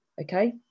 okay